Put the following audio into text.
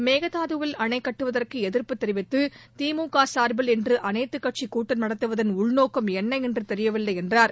மேகதாதுவில் அணைக் கட்டுவதற்கு எதி்ப்பு தெரிவித்து திமுக சா்பில் இன்று அனைத்து கட்சி கூட்டம் நடத்துவதன் உள்நோக்கம் என்ன என்று தெரியவில்லை என்றார்